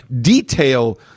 detail